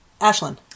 Ashlyn